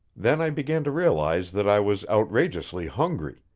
then i began to realize that i was outrageously hungry,